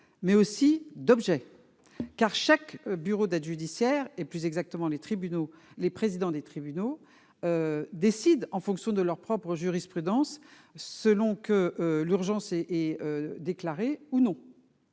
mais aussi d'objets car chaque bureau d'aide judiciaire et, plus exactement, les tribunaux, les présidents des tribunaux décident en fonction de leur propre jurisprudence selon que l'urgence est est déclaré ou non,